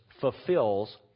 fulfills